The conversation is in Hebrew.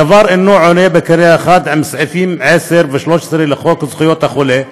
הדבר אינו עולה בקנה אחד עם סעיפים 10 ו-13 לחוק זכויות החולה,